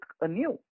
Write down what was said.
anew